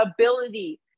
ability